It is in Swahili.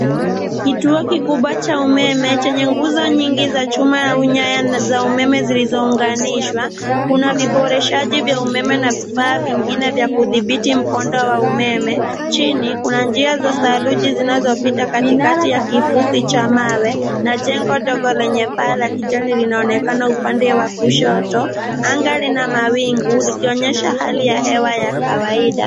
Kituo kikubwa cha umeme chenye nguzo nyingi za chuma au nyaya za umeme zilizongunishwa, kuna viboreshaji vya umeme na vifaa vingine vya kudhibiti mkondo wa umeme. Chini, kuna njia za saruji zinazopita katikati ya kifusi cha mawe, na jengo ndogo lenye paa la kijani linaonekana upande wa kushoto. Anga lina mawingu, likionyesha hali ya hewa ya kawaida.